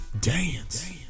Dance